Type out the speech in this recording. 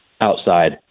outside